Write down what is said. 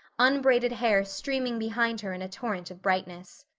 unbraided hair streaming behind her in a torrent of brightness.